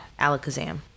Alakazam